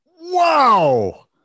Wow